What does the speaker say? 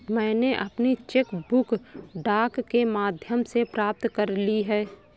मैनें अपनी cheque book डाक के माध्यम से प्राप्त कर ली है